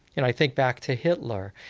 and i think back to hitler.